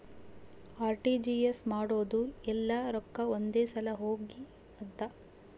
RTGS ಮಾಡೋದು ಯೆಲ್ಲ ರೊಕ್ಕ ಒಂದೆ ಸಲ ಹೊಗ್ಲಿ ಅಂತ